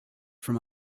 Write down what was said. from